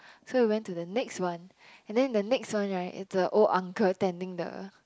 so we went to the next one and then the next one right is a old uncle tending the